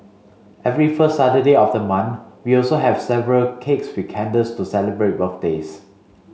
every first Saturday of the month we also have several cakes with candles to celebrate birthdays